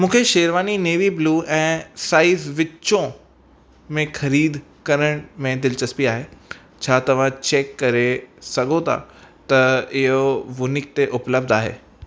मूंखे sherwani navy blue ऐं size विचों में ख़रीद करण में दिलचस्पी आहे छा तव्हां चैक करे सघो था त इहो वूनिक ते उपलब्ध आहे